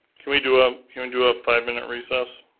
can we do ah you know and do a five-minute recess?